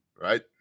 Right